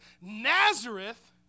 Nazareth